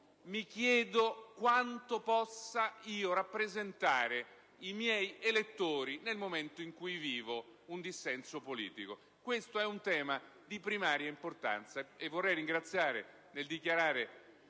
si chiede quanto possa rappresentare i suoi elettori nel momento in cui vive un dissenso politico. Questo è un tema di primaria importanza e, vorrei ringraziare il senatore